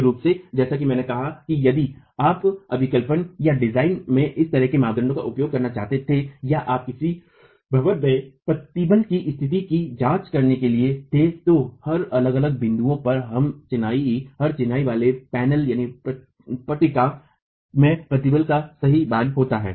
मुख्य रूप से जैसा कि मैंने कहा कि यदि आप अभिकल्पनडिजाइन में इस तरह के मापदंडों का उपयोग करना चाहते थे या आप किसी भवन में प्रतिबल की स्थिति की जांच करने के लिए थे तो हर अलग अलग बिंदु पर हर चिनाई वाले पैनल में प्रतिबल का सही मान होता है